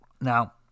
Now